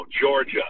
Georgia